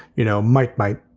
you know, might, might,